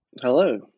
Hello